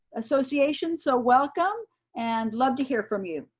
association, so welcome and love to hear from you.